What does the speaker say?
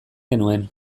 genuen